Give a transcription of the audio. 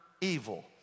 evil